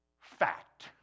fact